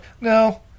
No